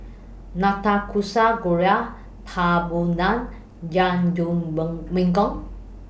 Nanakusa Gayu Papadum